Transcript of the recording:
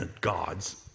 gods